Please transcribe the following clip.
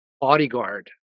bodyguard